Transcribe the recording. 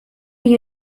you